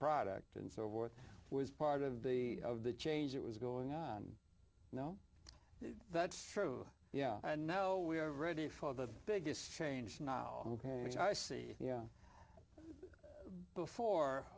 product and so forth was part of the of the change that was going on no that's true yeah and now we are ready for the biggest change now ok i see yeah before